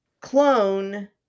clone